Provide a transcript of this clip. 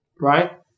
right